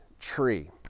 tree